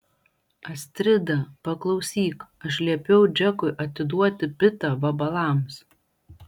astrida paklausyk aš liepiau džekui atiduoti pitą vabalams